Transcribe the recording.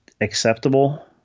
acceptable